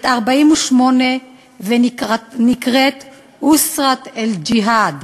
את 48' ונקראת "אוסרת אל-ג'יהאד".